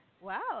Wow